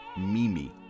Mimi